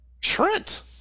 Trent